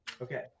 Okay